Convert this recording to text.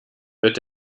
wird